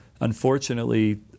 unfortunately